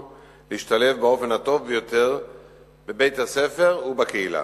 להשתלב באופן הטוב ביותר בבית-הספר ובקהילה.